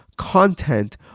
content